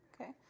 Okay